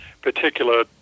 particular